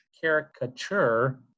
caricature